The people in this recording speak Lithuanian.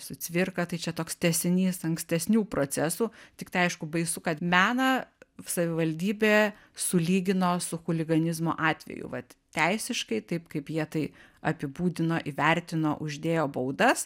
su cvirka tai čia toks tęsinys ankstesnių procesų tiktai aišku baisu kad meną savivaldybė sulygino su chuliganizmo atveju vat teisiškai taip kaip jie tai apibūdino įvertino uždėjo baudas